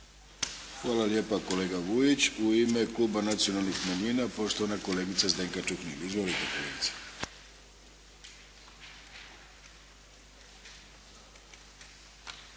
Hvala lijepa kolega Vujić. U ime kluba Nacionalnih manjina, poštovana kolegica Zdenka Čuhnil. Izvolite kolegice.